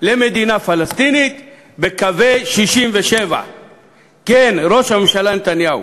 למדינה פלסטינית בקווי 67'. כן, ראש הממשלה נתניהו